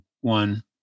one